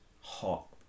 hot